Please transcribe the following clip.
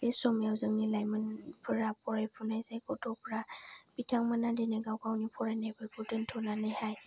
बे समाव जोंनि लाइमोनफोरा फरायफुनाय जाय गथ'फ्रा बिथांमोना दिनै गाव गावनि फरायनायफोरखौ दोनथ'नानैहाय